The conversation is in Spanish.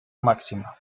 máxima